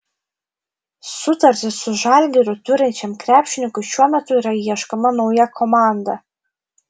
sutartį su žalgiriu turinčiam krepšininkui šiuo metu yra ieškoma nauja komanda